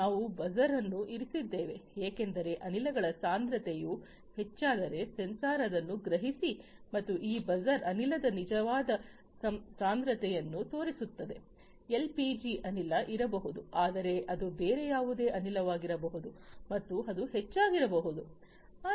ನಾವು ಈ ಬಜರ್ ಅನ್ನು ಇರಿಸಿದ್ದೇವೆ ಏಕೆಂದರೆ ಅನಿಲಗಳ ಸಾಂದ್ರತೆಯು ಹೆಚ್ಚಾದರೆ ಸೆನ್ಸಾರ್ ಅದನ್ನು ಗ್ರಹಿಸಿ ಮತ್ತು ಈ ಬಜರ್ ಅನಿಲದ ನಿಜವಾದ ಸಾಂದ್ರತೆಯನ್ನು ತೋರಿಸುತ್ತದೆ ಎಲ್ಪಿಜಿ ಅನಿಲ ಇರಬಹುದು ಆದರೆ ಅದು ಬೇರೆ ಯಾವುದೇ ಅನಿಲವಾಗಿರಬಹುದು ಮತ್ತು ಅದು ಹೆಚ್ಚಾಗಿರಬಹುದು